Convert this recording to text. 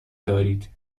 دارید